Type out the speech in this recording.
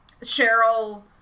Cheryl